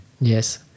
yes